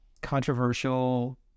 controversial